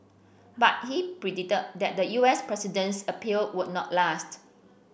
but he predicted that the U S president's appeal would not last